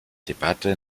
debatte